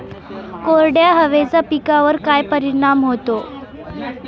कोरड्या हवेचा पिकावर काय परिणाम होतो?